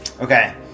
Okay